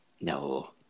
No